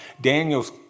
Daniel's